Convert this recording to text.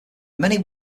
many